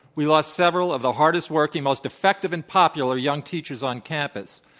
we lost several of the hardest working, most effective and popular young teachers on campus.